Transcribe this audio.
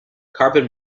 carbon